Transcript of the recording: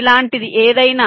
ఇలాంటిది ఏదైనా